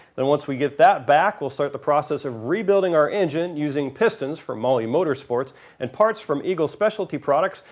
then once we get that back we'll start the process of rebuilding our engine using pistons from mahle motorsports and parts from eagle speciality products,